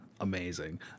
amazing